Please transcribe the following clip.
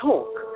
talk